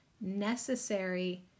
necessary